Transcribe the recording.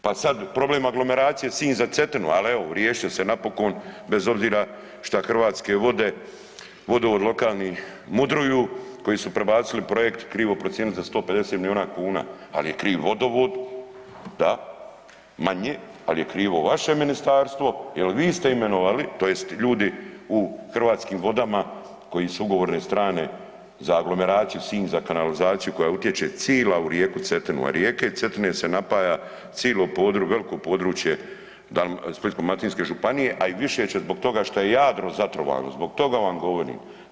Pa sad problem aglomeracije Sinj za Cetinu ali riješio se napokon bez obzira šta Hrvatske vode, vodovod lokalnih mudruju koji su prebacili projekt, krivo procijenili za 150 milijuna kuna ali je kriv vodovod, da, manje, ali je krivo vaše ministarstvo jer vi ste imenovali tj. ljudi u Hrvatskim vodama koji su ugovorne strane za aglomeraciju Sinju za kanalizaciju koja utječe cijela u rijeku Cetinu a s rijeke Cetine se napaja cijelo područje, veliko područje Splitsko-dalmatinske županije a i više će zbog toga što Jadro zatrovano, zbog toga vam govorim.